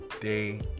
day